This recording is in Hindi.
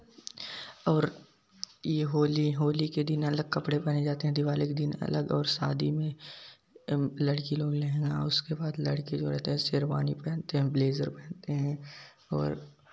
और यह होली होली के दिन अलग कपड़े पहने जाते हैं दिवाली के दिन अलग और शादी में लड़की लोग लहँगा उसके बाद लड़का जो रहता है शेरवानी पहनते हैं ब्लेज़र पहनते हैं और